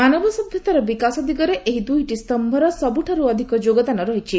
ମାନବ ସଭ୍ୟତାର ବିକାଶ ଦିଗରେ ଏହି ଦୂଇଟି ସ୍ତିୟର ସବ୍ରଠାର୍ଚ ଅଧିକ ଯୋଗଦାନ ରହିଛି